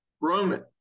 Roman